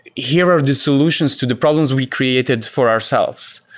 here are the solutions to the problems we created for ourselves.